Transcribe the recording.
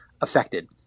affected